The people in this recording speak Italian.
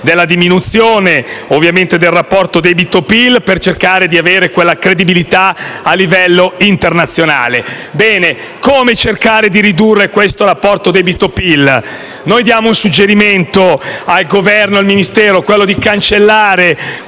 della diminuzione del rapporto debito-PIL per cercare di avere quella credibilità a livello internazionale. Ma come cercare di ridurre questo rapporto debito PIL? Noi diamo un suggerimento al Governo e al Ministero: quello di cancellare